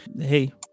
Hey